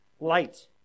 light